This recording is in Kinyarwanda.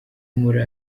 muri